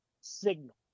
Signal